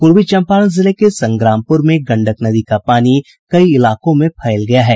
पूर्वी चम्पारण जिले के संग्रामपुर में गंडक नदी का पानी कई इलाकों में फैल गया है